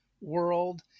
world